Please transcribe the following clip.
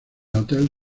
hotel